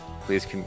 please